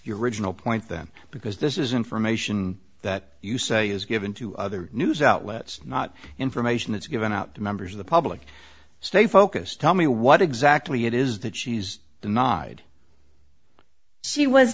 your original point them because this is information that you say is given to other news outlets not information that's given out to members of the public stay focus tell me what exactly it is that she's the